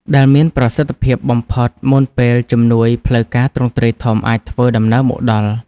ដែលមានប្រសិទ្ធភាពបំផុតមុនពេលជំនួយផ្លូវការទ្រង់ទ្រាយធំអាចធ្វើដំណើរមកដល់។